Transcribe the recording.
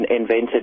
invented